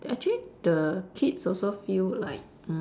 actually the kids also feel like